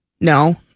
no